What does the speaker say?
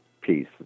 piece